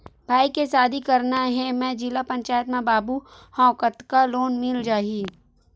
भाई के शादी करना हे मैं जिला पंचायत मा बाबू हाव कतका लोन मिल जाही?